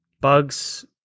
Bugs